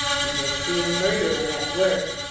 you will see a murderer at work.